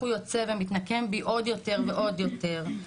הוא יוצא ומתנקם בי עוד יותר ועוד יותר,